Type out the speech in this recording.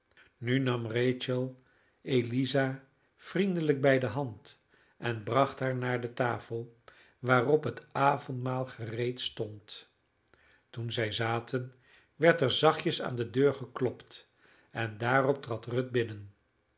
nu nam rachel eliza vriendelijk bij de hand en bracht haar naar de tafel waarop het avondmaal gereed stond toen zij zaten werd er zachtjes aan de deur geklopt en daarop trad ruth binnen